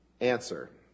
Answer